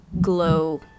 glow